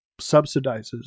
subsidizes